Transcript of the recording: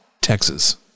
Texas